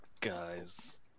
Guys